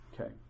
Okay